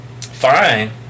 fine